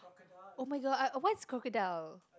oh-my-god I what is crocodile